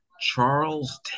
Charles